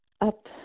up